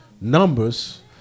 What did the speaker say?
numbers